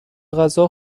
غذا